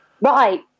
right